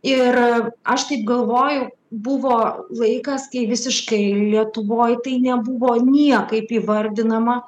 ir aš taip galvojau buvo laikas kai visiškai lietuvoj tai nebuvo niekaip įvardinama